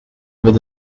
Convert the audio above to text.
with